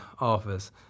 office